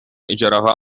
ижарага